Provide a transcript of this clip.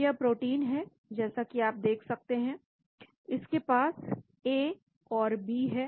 तो यह प्रोटीन है जैसा कि आप देख सकते हैं इसके पास ए और बी है